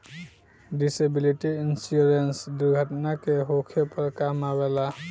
disability insurance दुर्घटना के होखे पर काम अवेला